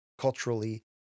culturally